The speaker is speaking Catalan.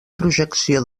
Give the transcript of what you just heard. projecció